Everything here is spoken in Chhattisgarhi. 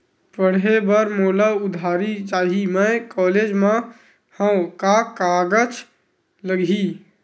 पढ़े बर मोला उधारी चाही मैं कॉलेज मा हव, का कागज लगही?